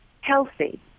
healthy